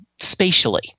spatially